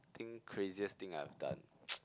I think craziest thing I've done